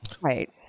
Right